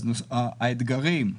האתגרים,